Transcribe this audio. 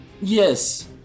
Yes